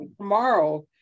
tomorrow